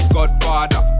Godfather